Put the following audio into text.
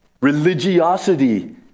Religiosity